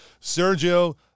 Sergio